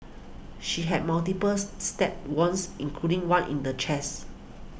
she had multiples stab ones including one in the chest